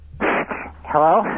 Hello